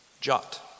jot